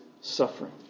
suffering